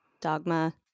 dogma